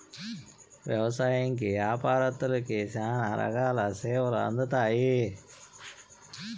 వ్యవసాయంకి యాపారత్తులకి శ్యానా రకాల సేవలు అందుతాయి